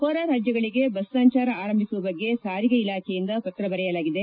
ಹೊರ ರಾಜ್ಗಳಿಗೆ ಬಸ್ ಸಂಚಾರ ಆರಂಭಿಸುವ ಬಗ್ಗೆ ಸಾರಿಗೆ ಇಲಾಖೆಯಿಂದ ಪತ್ರ ಬರೆಯಲಾಗಿದೆ